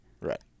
Right